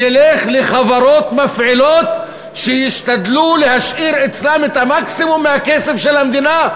ילך לחברות מפעילות שישתדלו להשאיר אצלן את המקסימום מהכסף של המדינה,